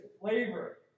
flavor